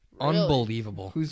Unbelievable